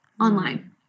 online